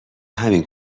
همین